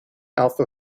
alpha